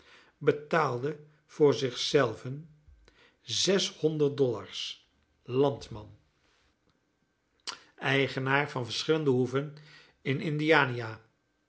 betaalde voor zich zelven zes honderd dollars landman eigenaar van verscheidene hoeven in indiania